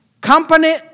Company